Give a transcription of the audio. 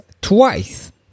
twice